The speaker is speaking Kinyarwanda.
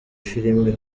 filimi